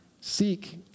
Seek